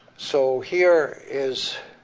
so here is,